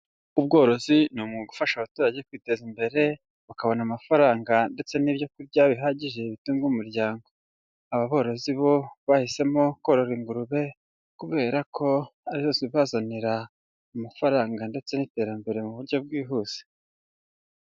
Ubworozi ni umwuga ugufasha abaturage kwiteza imbere bakabona amafaranga ndetse n'ibyo kurya bihagije bitunga umuryango, aba borozi bo bahisemo korora ingurube kubera ko ari zo zibazanira amafaranga ndetse n'iterambere mu buryo bwihuse.